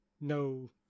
no